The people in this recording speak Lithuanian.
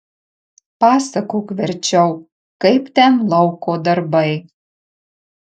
pasakok verčiau kaip ten lauko darbai